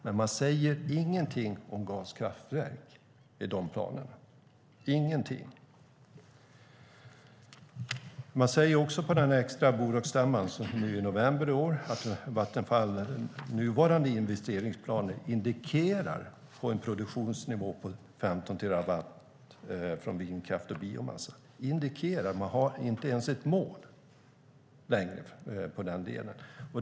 Men man säger ingenting om gaskraftverk i de planerna. På den extra bolagsstämman i november i år sade man dessutom att Vattenfalls nuvarande investeringsplaner indikerar en produktionsnivå på 15 terawattimmar från vindkraft och biomassa. Man säger "indikerar" och har alltså inte ens ett mål längre när det gäller detta.